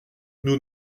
nous